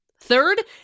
Third